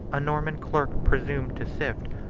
a norman clerk presumed to sift,